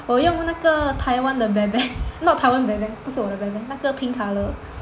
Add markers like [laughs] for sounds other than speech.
[laughs] 我用那个 Taiwan 的 bear bear not 台湾的 bear bear 不是我的 bear bear 那个 pink colour